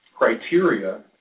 criteria